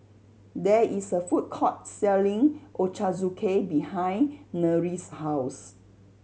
there is a food court selling Ochazuke behind Nery's house